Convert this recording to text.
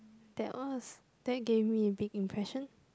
that was that gave me a big impression